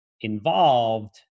involved